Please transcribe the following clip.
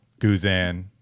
Guzan